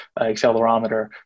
accelerometer